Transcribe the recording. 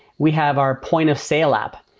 we have our point-of-sale app.